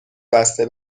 بسته